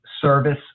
service